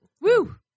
Woo